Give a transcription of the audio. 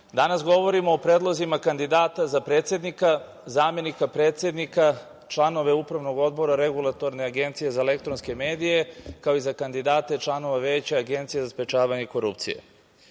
danas govorimo o predlozima kandidata za predsednika, zamenika predsednika, članove Upravnog odbora Regulatorne agencije za elektronske medije, kao i za kandidate članova Veća Agencije za sprečavanje korupcije. Pred